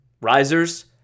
risers